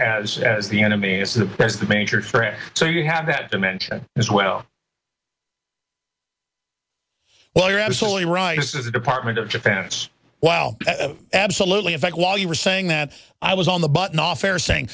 as as the enemy is the best the major threat so you have that dimension as well well you're absolutely right this is the department of defense well absolutely in fact while you were saying that i was on the button off air saying